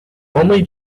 only